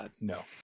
no